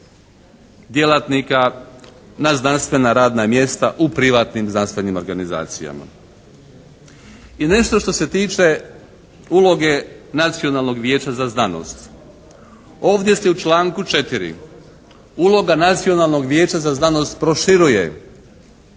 djelatnika na znanstvena radna mjesta u privatnim znanstvenim organizacijama. I nešto što se tiče uloge Nacionalnog vijeća za znanost. Ovdje se u članku 4. uloga Nacionalnog vijeća za znanost proširuje.